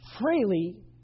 freely